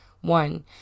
One